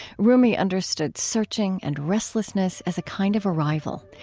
rumi understood searching and restlessness as a kind of arrival.